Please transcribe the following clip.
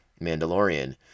Mandalorian